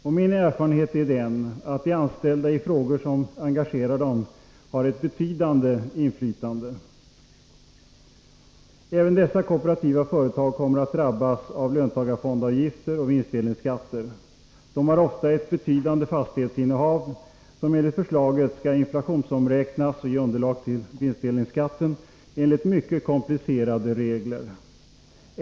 Och min erfarenhet är den, att de anställda i frågor som engagerar dem har ett betydande inflytande. Även dessa kooperativa företag kommer att drabbas av löntagarfondsavgifter och vinstdelningsskatter. De har ofta ett betydande fastighetsinnehav, som enligt förslaget skall inflationsomräknas, för att ge underlag till vinstdelningsskatten, enligt mycket komplicerade regler.